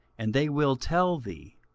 and they will tell thee.